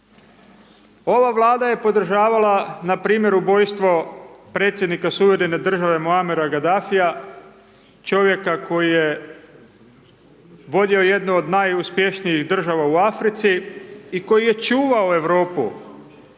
Ova Vlada je podržavala na primjer ubojstvo predsjednika suverene države Muamera Gadafija, čovjeka koji je vodio jednu od najuspješnijih država u Africi, i koji je čuvao Europu